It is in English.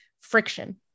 friction